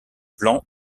blanc